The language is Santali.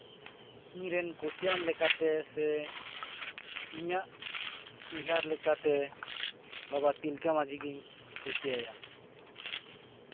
ᱤᱧ ᱨᱮᱱ ᱠᱩᱥᱤᱭᱟᱱ ᱞᱮᱠᱟᱛᱮ ᱥᱮ ᱤᱧᱟᱹᱜ ᱩᱭᱦᱟᱹᱨ ᱞᱮᱠᱟᱛᱮ ᱵᱟᱵᱟ ᱛᱤᱞᱠᱟᱹ ᱢᱟᱡᱷᱤ ᱜᱤᱧ ᱠᱩᱥᱤᱭᱟᱭᱟ